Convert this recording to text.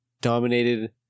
dominated